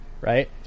right